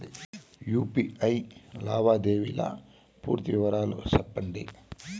UPI లావాదేవీల పూర్తి వివరాలు సెప్పండి?